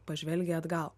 pažvelgę atgal